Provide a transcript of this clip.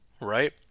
right